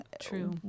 true